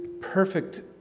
perfect